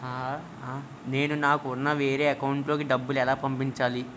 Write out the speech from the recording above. నేను నాకు ఉన్న వేరే అకౌంట్ లో కి డబ్బులు ఎలా పంపించాలి?